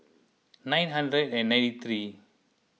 nine hundred and ninety three